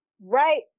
right